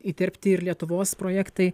įterpti ir lietuvos projektai